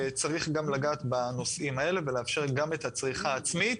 צריך גם לגעת בנושאים האלה ולאפשר גם את הצריכה העצמית,